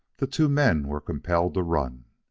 the two men were compelled to run.